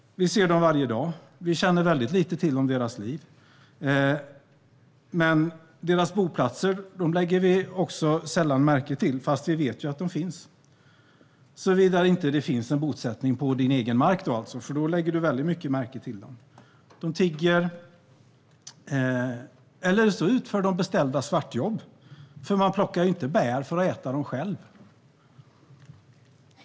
Vi ser dem varje dag. Vi känner till väldigt lite om deras liv och lägger sällan märke till deras boplatser, fast vi vet att de finns, såvida det inte finns en bosättning på vår egen mark - då lägger vi väldigt mycket märke till dem. De tigger eller utför beställda svartjobb, för man plockar inte bär för att äta dem själv.